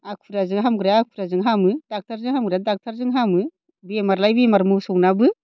आखुरियाजों हामग्राया आखुरियाजों हामो डाक्टारजों हामग्राया डाक्टारजों हामो बेमार लायै बेमार मोसौनाबो